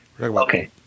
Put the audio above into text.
Okay